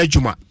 Juma